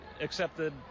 accepted